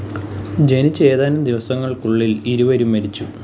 ജനിച്ച് ഏതാനും ദിവസങ്ങൾക്കുള്ളിൽ ഇരുവരും മരിച്ചു